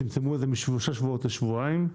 צמצמו את הזמן משלושה שבועות לשבועיים.